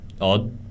odd